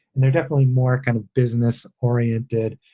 and they're definitely more kind of business oriented,